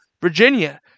Virginia